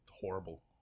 horrible